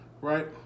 right